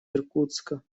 иркутска